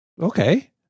Okay